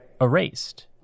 erased